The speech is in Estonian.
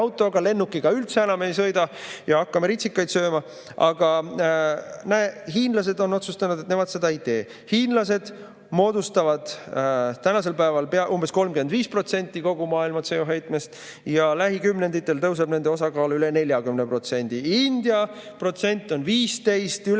autoga, lennukiga üldse enam ei sõida ja hakkame ritsikaid sööma. Aga näe, hiinlased on otsustanud, et nemad seda ei tee. Hiinlased paiskavad praegu õhku umbes 35% kogu maailma CO2‑heitmest ja lähikümnenditel tõuseb see osakaal üle 40%. India protsent on 15,